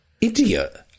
idiot